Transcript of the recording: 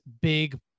big